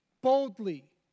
boldly